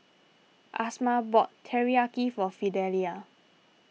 Amasa bought Teriyaki for Fidelia